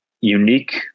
unique